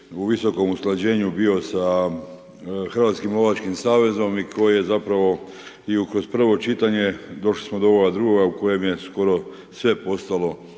u visokom usklađenju bio sa Hrvatskim lovačkim savezom i koji je zapravo i kroz prvo čitanje, došli smo do ovoga drugoga u kojem je skoro sve postalo